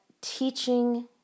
teaching